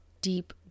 deep